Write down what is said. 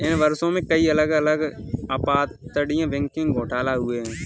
इन वर्षों में, कई अलग अलग अपतटीय बैंकिंग घोटाले हुए हैं